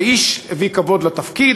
האיש הביא כבוד לתפקיד,